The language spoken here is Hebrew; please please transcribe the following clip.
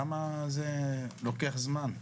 למה זה לוקח זמן?